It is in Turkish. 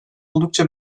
oldukça